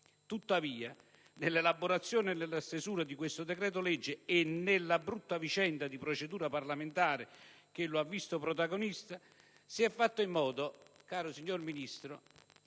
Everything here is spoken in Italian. Tuttavia, nell'elaborazione e nella stesura di questo decreto-legge, e nella brutta vicenda di procedura parlamentare che lo ha visto protagonista, si è fatto in modo, caro signor Ministro,